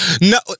No